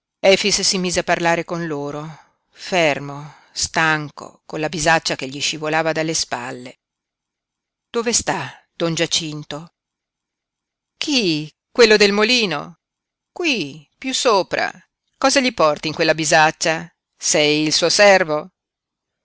si mise a parlare con loro fermo stanco con la bisaccia che gli scivolava dalle spalle dove sta don giacinto chi quello del molino qui piú sopra cosa gli porti in quella bisaccia sei il suo servo